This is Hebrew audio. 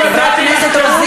רק נתתי לך טיעון,